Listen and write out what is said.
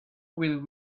will